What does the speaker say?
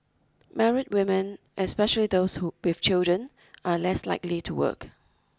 married women especially those who with children are less likely to work